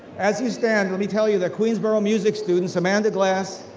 as you stand, let me tell you the queensborough music students, amanda glass,